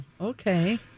Okay